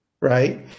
Right